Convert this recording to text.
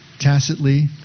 Tacitly